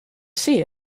see